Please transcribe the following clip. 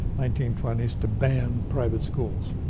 nineteen twenty s, to ban private schools.